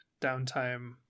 downtime